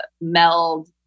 meld